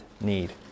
need